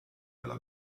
della